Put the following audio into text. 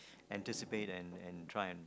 anticipate and and try and